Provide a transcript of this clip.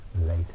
later